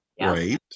right